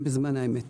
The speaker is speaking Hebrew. בזמן אמת.